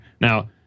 Now